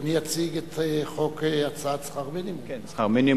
אדוני יציג את חוק הצעת שכר מינימום.